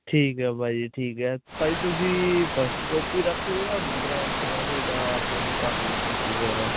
ਠੀਕ ਆ ਭਾਅ ਜੀ ਠੀਕ ਹ ਭਾਜੀ ਤੁਸੀਂ ਫਸਟ ਕਾਪੀ ਰੱਖੀ ਹੋਈ ਆ ਬ੍ਰਾਂਡ 'ਚ ਤੁਹਾਡਾ ਪਾਰਟਨਰਸ਼ਿਪ ਵਗੈਰਾ